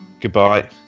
goodbye